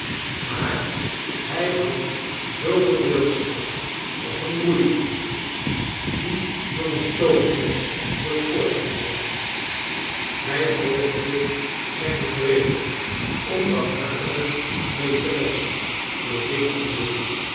maar hij had zooveel wilskracht als een roeiboot die door een stoomschip wordt voortgetrokken hij volgde zijn wreede onbarmliartige mees teres door dik en dun